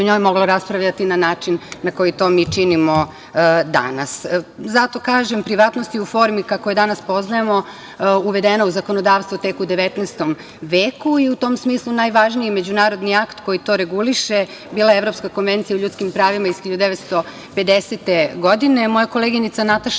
njoj moglo raspravljati na način na koji mi to činimo danas. Zato kažem, privatnost je u formi kakvoj je danas poznajemo uvedena u zakonodavstvo tek u XIX veku i u tom smislu najvažniji međunarodni akt koji to reguliše bila je Evropska konvencija o ljudskim pravima iz 1950. godine. Moja koleginica Nataša